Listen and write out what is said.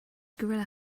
gorilla